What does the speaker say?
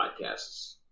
podcasts